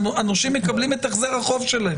הנושים מקבלים את החזר החוב שלהם.